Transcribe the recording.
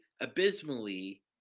abysmally